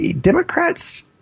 Democrats